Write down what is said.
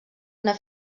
una